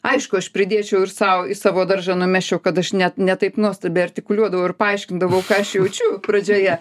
aišku aš pridėčiau ir sau į savo daržą numesčiau kad aš net ne taip nuostabiai artikuliuodavau ir paaiškindavau ką aš jaučiu pradžioje